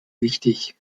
wichtig